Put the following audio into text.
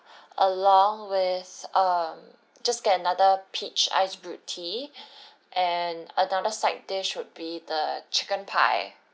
along with um just get another peach iced brewed tea and another side dish would be the chicken pie